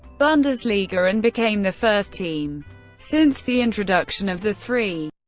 bundesliga and became the first team since the introduction of the three.